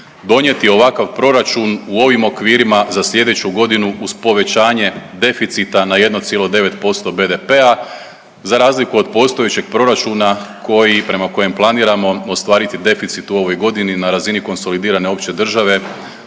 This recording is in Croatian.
donijeti ovakav proračun u ovim okvirima za slijedeću godinu uz povećanje deficita na 1,9% BDP-a za razliku od postojećeg proračuna koji, prema kojem planiramo ostvariti deficit u ovoj godini na razini konsolidirane opće države